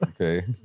Okay